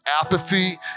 apathy